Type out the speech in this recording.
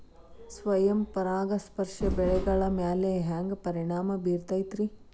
ಸ್ವಯಂ ಪರಾಗಸ್ಪರ್ಶ ಬೆಳೆಗಳ ಮ್ಯಾಲ ಹ್ಯಾಂಗ ಪರಿಣಾಮ ಬಿರ್ತೈತ್ರಿ?